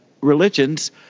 religions